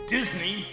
Disney